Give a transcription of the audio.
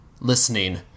listening